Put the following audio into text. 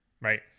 right